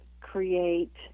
create